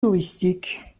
touristiques